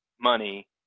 money